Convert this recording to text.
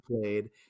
played